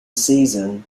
season